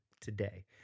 today